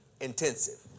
intensive